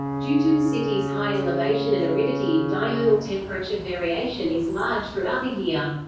due to the city's high elevation and aridity, diurnal temperature variation is large throughout the year.